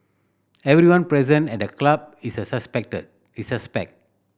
everyone present at the club is a suspect